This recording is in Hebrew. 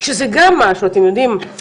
שזה גם משהו אתם יודעים,